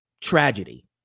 tragedy